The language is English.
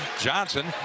Johnson